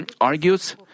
argues